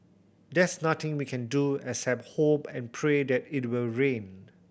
there's nothing we can do except hope and pray that it will rained